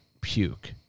puke